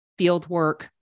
Fieldwork